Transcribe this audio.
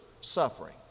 suffering